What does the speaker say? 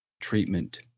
treatment